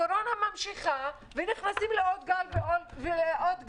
הקורונה ממשיכה, ונכנסים לעוד גל ולעוד גל,